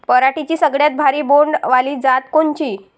पराटीची सगळ्यात भारी बोंड वाली जात कोनची?